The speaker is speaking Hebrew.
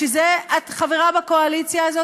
בשביל זה את חברה בקואליציה הזאת?